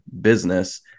business